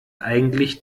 eigentlich